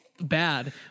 bad